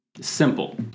Simple